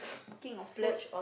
king of fruits